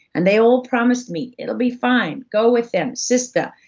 and they all promised me, it'll be fine, go with them, sister.